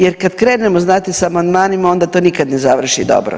Jer kad krenemo znate sa amandmanima, onda to nikad ne završi dobro.